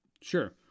sure